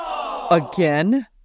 again